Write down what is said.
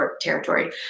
territory